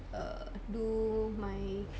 err do my